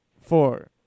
four